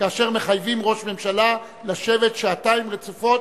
כאשר מחייבים ראש ממשלה לשבת שעתיים רצופות